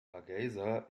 hargeysa